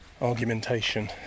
argumentation